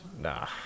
Nah